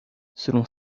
selon